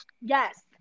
Yes